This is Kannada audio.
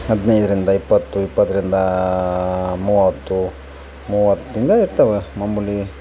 ಹದಿನೈದರಿಂದ ಇಪ್ಪತ್ತು ಇಪ್ಪತ್ತರಿಂದ ಮೂವತ್ತು ಮೂವತ್ತು ಹಿಂಗೆ ಇರ್ತವೆ ಮಾಮೂಲಿ